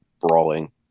brawling